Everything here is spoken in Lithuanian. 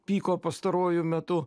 pyko pastaruoju metu